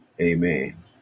amen